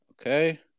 Okay